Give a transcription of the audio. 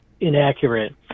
inaccurate